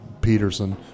Peterson